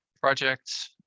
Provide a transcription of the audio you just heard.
projects